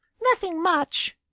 nothing much,